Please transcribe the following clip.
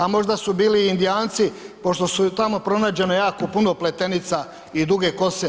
A možda su bili indijanci, pošto su tamo pronađeni jako puno pletenica i duge kose?